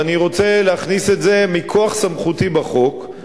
ואני רוצה להכניס את זה מכוח סמכותי בחוק,